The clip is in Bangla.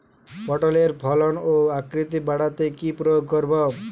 পটলের ফলন ও আকৃতি বাড়াতে কি প্রয়োগ করব?